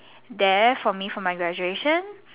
there for me for my graduation